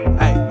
hey